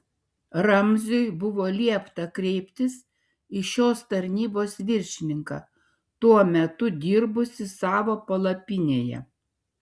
ramziui buvo liepta kreiptis į šios tarnybos viršininką tuo metu dirbusį savo palapinėje